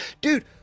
Dude